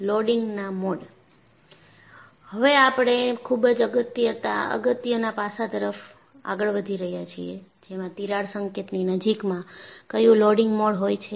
loading ના mode હવે આપણે ખુબ જ અગત્યના પાસાં તરફ આગળ વધી રહ્યા છીએ જેમાં તિરાડ સંકેતની નજીકમાં કયું લોડિંગ મોડ હોય છે